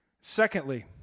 secondly